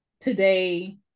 today